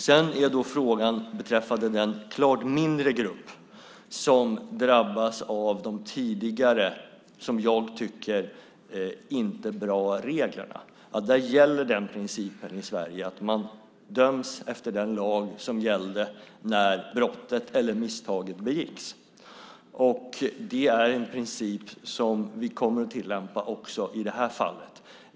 Sedan har vi frågan beträffande den klart mindre grupp som drabbas av de tidigare reglerna, som jag tycker inte var bra. I de fallen gäller den principen i Sverige att man döms efter den lag som gällde när brottet eller misstaget begicks. Det är en princip som vi kommer att tillämpa också i de här fallen.